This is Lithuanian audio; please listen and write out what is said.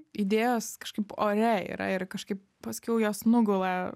idėjos kažkaip ore yra ir kažkaip paskiau jos nugula